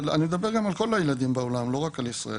אני מדבר גם על כל הילדים בעולם, לא רק על ישראל.